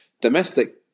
domestic